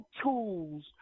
tools